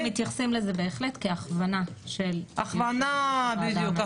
אנחנו מתייחסים לזה בהחלט כהכוונה של --- הכוונה בדיוק,